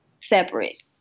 separate